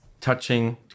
touching